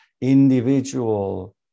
individual